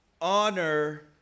Honor